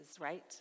right